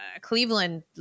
Cleveland